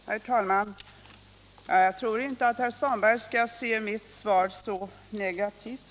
Herr talman! Jag tror inte att herr Svanberg skall se mitt svar som så negativt.